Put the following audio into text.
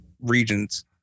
regions